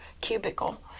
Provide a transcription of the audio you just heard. cubicle